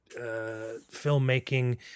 filmmaking